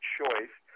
choice